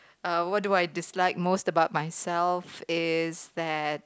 uh what do I dislike most about myself is that